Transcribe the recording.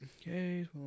Okay